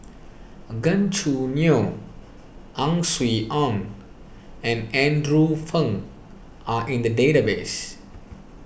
Gan Choo Neo Ang Swee Aun and Andrew Phang are in the database